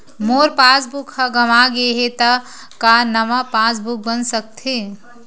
मोर passbook ह गंवा गे हे त का नवा पास बुक बन सकथे?